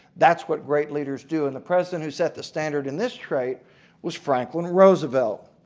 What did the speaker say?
that's what great leaders do. and the president who set the standard in this trait was franklin roosevelt.